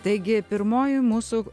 taigi pirmoji mūsų